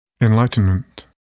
Enlightenment